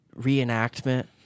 reenactment